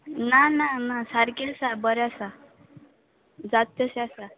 ना ना ना सारकें आसा बरें आसा जात् तशें आसा